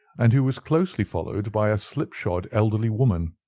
and who was closely followed by a slip-shod elderly woman.